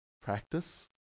practice